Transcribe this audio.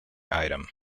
item